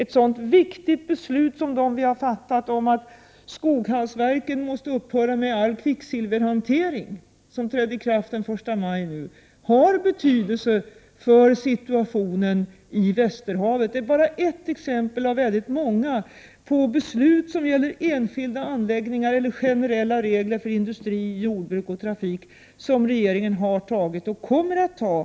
Ett sådant viktigt beslut som det vi har fattat om att Skoghallsverken måste upphöra med all kvicksilverhantering — vilket trädde i kraft den 1 maj i år — har betydelse för situationen i Västerhavet. Detta är bara ett exempel, av många, på beslut gällande enskilda anläggningar eller generella regler för industri, jordbruk och trafik, som regeringen har tagit — och fler kommer att tas.